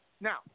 now